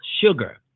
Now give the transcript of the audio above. sugar